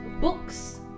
books